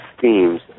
themes